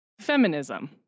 feminism